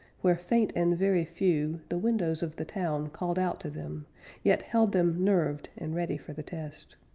where, faint and very few, the windows of the town called out to them yet held them nerved and ready for the test.